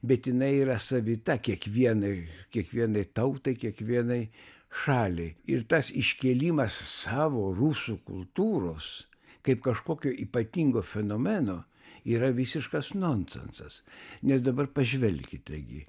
bet jinai yra savita kiekvienai kiekvienai tautai kiekvienai šaliai ir tas iškėlimas savo rusų kultūros kaip kažkokio ypatingo fenomeno yra visiškas nonsensas nes dabar pažvelkite gi